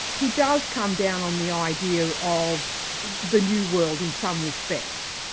he does come down on the idea of the new world in some respects.